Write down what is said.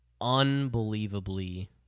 unbelievably